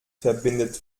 verbindet